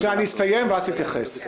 אני אסיים ואז תתייחס.